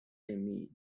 meade